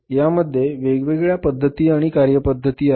यामध्ये वेगवेगळ्या पद्धती आणि कार्यपद्धती आहेत